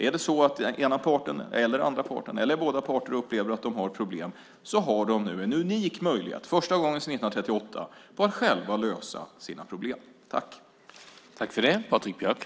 Är det så att den ena eller andra parten eller båda parter upplever att de har problem har de nu en unik möjlighet för första gången sedan 1938 att själva lösa sina problem.